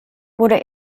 wurde